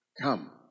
Come